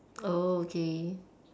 oh K